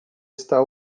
está